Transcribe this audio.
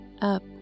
up